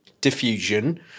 Diffusion